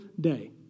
day